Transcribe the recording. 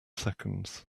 seconds